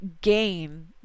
gain